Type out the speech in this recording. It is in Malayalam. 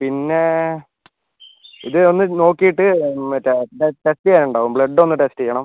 പിന്നേ ഇത് ഒന്ന് നോക്കീട്ട് മറ്റേ ടെസ്റ്റിയ്യാനുണ്ടാകും ബ്ലഡ് ഒന്ന് ടെസ്റ്റിയ്യണം